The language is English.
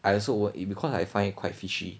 I also won't eat because I find it quite fishy